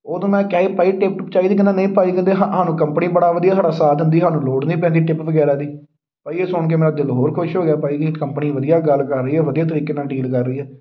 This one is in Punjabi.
ਉਦੋਂ ਮੈਂ ਕਿਹਾ ਸੀ ਭਾਅ ਜੀ ਟਿੱਪ ਟੁਪ ਚਾਹੀਦੀ ਕਹਿੰਦਾ ਨਹੀਂ ਭਾਅ ਜੀ ਕਹਿੰਦੇ ਹਾ ਸਾਨੂੰ ਕੰਪਨੀ ਬੜਾ ਵਧੀਆ ਸਾਡਾ ਸਾਥ ਦਿੰਦੀ ਸਾਨੂੰ ਲੋੜ ਨਹੀਂ ਪੈਂਦੀ ਟਿੱਪ ਵਗੈਰਾ ਦੀ ਭਾਅ ਜੀ ਇਹ ਸੁਣ ਕੇ ਮੇਰਾ ਦਿਲ ਹੋਰ ਖੁਸ਼ ਹੋ ਗਿਆ ਭਾਅ ਜੀ ਇਹ ਕੰਪਨੀ ਵਧੀਆ ਗੱਲ ਕਰ ਰਹੀ ਹੈ ਵਧੀਆ ਤਰੀਕੇ ਨਾਲ਼ ਡੀਲ ਕਰ ਰਹੀ ਹੈ